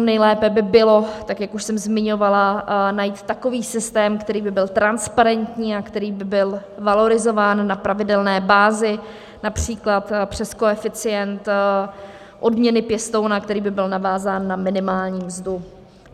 Nejlépe by bylo, tak jak už jsem zmiňovala, najít takový systém, který by byl transparentní a který by byl valorizován na pravidelné bázi, například přes koeficient odměny pěstouna, který by byl navázán na minimální mzdu,